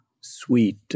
sweet